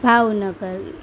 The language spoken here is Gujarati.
ભાવનગર